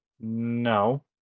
No